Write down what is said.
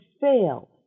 fail